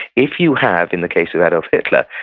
if you have, in the case of adolf hitler,